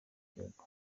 gihugu